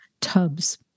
tubs